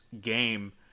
game